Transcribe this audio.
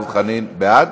בעד.